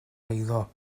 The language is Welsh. eiddo